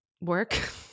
work